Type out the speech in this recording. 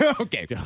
Okay